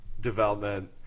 development